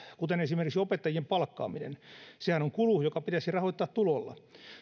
kuten esimerkiksi opettajien palkkaaminen sehän on kulu joka pitäisi rahoittaa tulolla